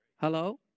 Hello